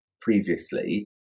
previously